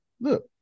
look